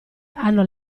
hanno